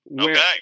Okay